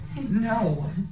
No